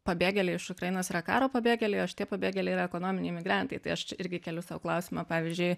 pabėgėliai iš ukrainos yra karo pabėgėliai o šitie pabėgėliai yra ekonominiai migrantai tai aš irgi keliu sau klausimą pavyzdžiui